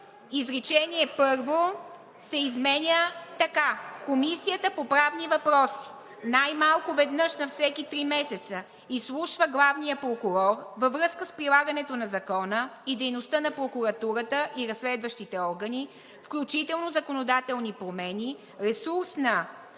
изречение първо се изменя така: „Комисията по правни въпроси най-малко веднъж на всеки три месеца изслушва главния прокурор във връзка с прилагането на закона и дейността на прокуратурата и разследващите органи, включително законодателни промени, ресурсна